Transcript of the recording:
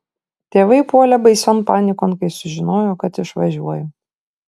tėvai puolė baision panikon kai sužinojo kad išvažiuoju